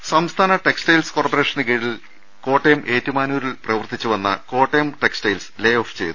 രദ്ദേഷ്ടങ സംസ്ഥാന ടെക്സ്റ്റൈൽ കോർപ്പറേഷനു കീഴിൽ കോട്ടയം ഏറ്റുമാ നൂരിൽ പ്രവർത്തിച്ചു വന്ന കോട്ടയം ടെക്സ്റ്റൈൽസ് ലേ ഓഫ് ചെയ്തു